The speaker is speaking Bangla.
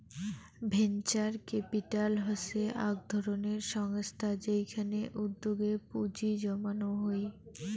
ভেঞ্চার ক্যাপিটাল হসে আক ধরণের সংস্থা যেইখানে উদ্যোগে পুঁজি জমানো হই